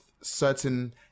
certain